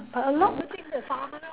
a lot